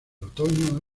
otoño